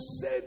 say